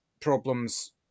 problems